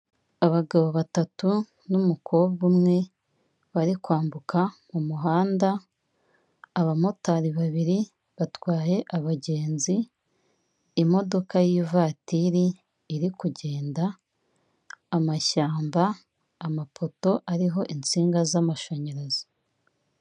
Abagabo batatu n'umukobwa umwe bari kwambuka mu muhanda. Abamotari babiri batwaye abagenzi. Imodoka y'ivatiri iri kugenda. Amashyamba, amapoto ariho insinga z'amashamyarazi.